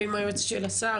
ועם היועצת של השר,